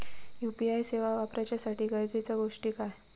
UPI सेवा वापराच्यासाठी गरजेचे गोष्टी काय?